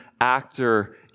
actor